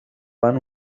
van